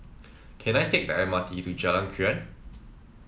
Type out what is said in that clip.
can I take the M R T to Jalan Krian